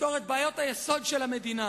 ותפתור את בעיות היסוד של המדינה,